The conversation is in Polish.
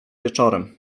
wieczorem